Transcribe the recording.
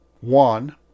one